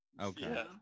Okay